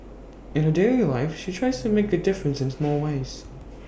in her daily life she tries to make A difference in small ways